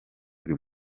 buri